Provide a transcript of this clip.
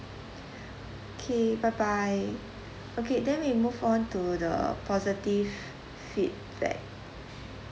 K bye bye okay then we move on to the positive feedback